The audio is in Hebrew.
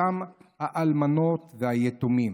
אצל אותם אלמנות ויתומים.